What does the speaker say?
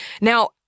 Now